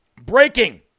Breaking